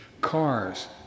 cars